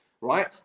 Right